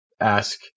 ask